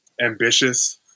ambitious